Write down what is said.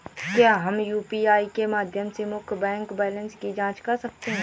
क्या हम यू.पी.आई के माध्यम से मुख्य बैंक बैलेंस की जाँच कर सकते हैं?